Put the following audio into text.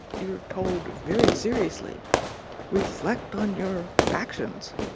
you're told very seriously reflect on your actions.